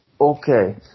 Okay